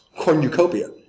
cornucopia